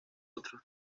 otros